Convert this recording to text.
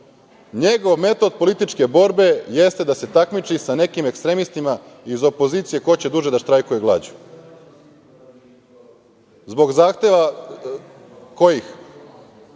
njegov metod političke borbe jeste da se takmiči sa nekim ekstremistima iz opozicije ko će duže da štrajkuje glađu zbog zahteva, kojih,